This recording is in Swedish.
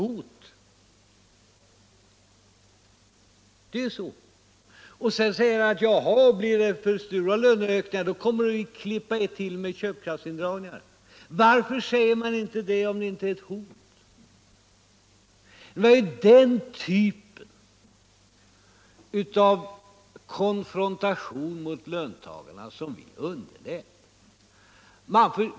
Det måste ju vara så. Och sedan säger han: Ja, blir det för stora löneökningar kommer vi att klippa till med köpkraftsindragningar. Varför säger man det om det inte är eu hot? Det är den typen av konfrontation gentemot löntagarna som vi underliät.